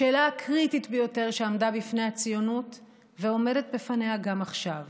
השאלה הקריטית ביותר שעמדה בפני הציונות ועומדת בפניה גם עכשיו